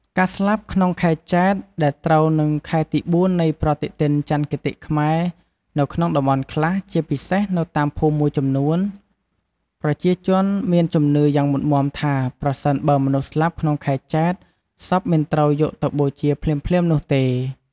ការស្លាប់ក្នុងខែចេត្រ ដែលត្រូវនិងខែទី ៤ នៃប្រតិទិនចន្ទគតិខ្មែរ នៅក្នុងតំបន់ខ្លះ ជាពិសេសនៅតាមភូមិមួយចំនួន ប្រជាជនមានជំនឿយ៉ាងមុតមាំថា ប្រសិនបើមនុស្សស្លាប់ក្នុងខែចេត្រ សពមិនត្រូវយកទៅបូជាភ្លាមៗនោះទេ។